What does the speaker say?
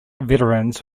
veterans